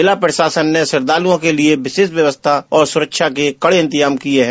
जिला प्रशासन ने श्रद्धालुओं के लिये विशेष व्यवस्था और सुरक्षा के कड़े इंतजाम किये गये